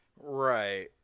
right